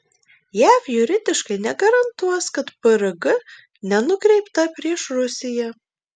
jav juridiškai negarantuos kad prg nenukreipta prieš rusiją